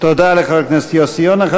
תודה לחבר הכנסת יוסי יונה.